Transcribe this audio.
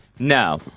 No